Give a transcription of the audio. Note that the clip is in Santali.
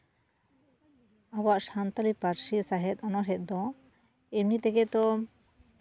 ᱟᱵᱚᱣᱟᱜ ᱥᱟᱱᱛᱟᱲᱤ ᱯᱟᱹᱨᱥᱤ ᱥᱟᱣᱦᱮᱫ ᱚᱱᱚᱲᱦᱮᱸ ᱫᱚ ᱮᱢᱱᱤ ᱛᱮᱜᱮ ᱛᱚ